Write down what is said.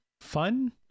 Fun